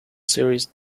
series